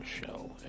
Michelle